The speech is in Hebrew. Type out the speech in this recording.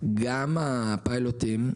גם הפיילוטים,